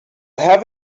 have